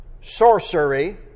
Sorcery